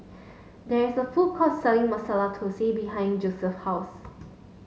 there is a food court selling Masala Thosai behind Joeseph's house